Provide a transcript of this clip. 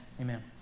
amen